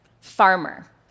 farmer